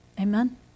Amen